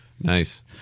Nice